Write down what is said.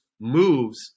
moves